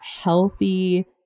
healthy